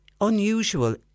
unusual